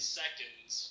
seconds